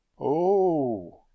Oh